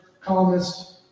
columnist